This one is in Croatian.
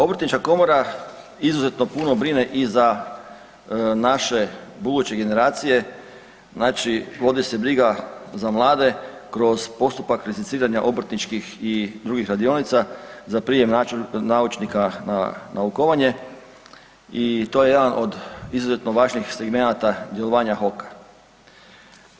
Obrtnička komora izuzetno puno brine i za naše buduće generacije, znači vodi se briga za mlade kroz postupak licenciranja obrtničkih i drugih radionica za prijem naučnika na naukovanje i to je jedan od izuzetno važnih segmenata djelovanja HOK-a.